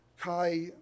kai